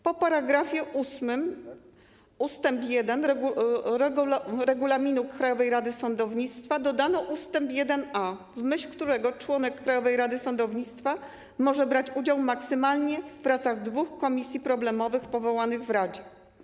Po § 8 ust. 1 Regulaminu Krajowej Rady Sądownictwa dodano ust. 1a, w myśl którego członek Krajowej Rady Sądownictwa może brać udział maksymalnie w pracach dwóch komisji problemowych powołanych w radzie.